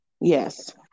Yes